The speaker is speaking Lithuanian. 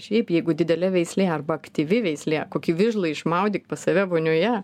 šiaip jeigu didelė veislė arba aktyvi veislė kokį vižlą išmaudyk pas save vonioje